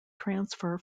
transfer